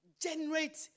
generate